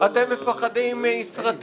אתם מפחדים מסרטים,